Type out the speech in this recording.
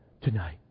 tonight